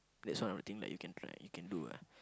that's one of the thing that you can try you can do ah